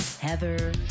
Heather